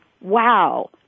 wow